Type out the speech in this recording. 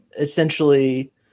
essentially